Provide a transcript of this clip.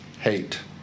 hate